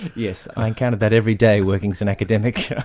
yes, i encounter that every day working as an academic.